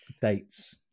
dates